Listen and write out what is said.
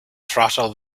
throttle